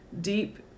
deep